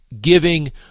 giving